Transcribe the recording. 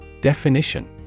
Definition